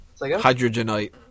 Hydrogenite